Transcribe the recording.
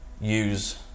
use